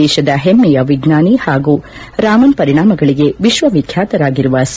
ದೇಶದ ಹೆಮ್ನೆಯ ವಿಜ್ಞಾನಿ ಹಾಗೂ ರಾಮನ್ ಪರಿಣಾಮಗಳಿಗೆ ವಿಶ್ವವಿಖ್ಯಾತರಾಗಿರುವ ಸಿ